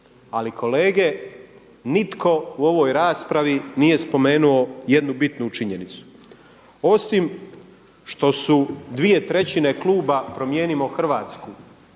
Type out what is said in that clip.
Ali kolege nitko u ovoj raspravi nije spomenuo jednu bitnu činjenicu. Osim što su dvije trećine kluba Promijenimo Hrvatsku,